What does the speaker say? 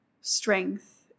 strength